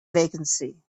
vacancy